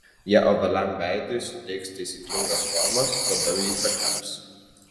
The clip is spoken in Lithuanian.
jie ovaliam veidui suteiks taisyklingos formos labiau jį patemps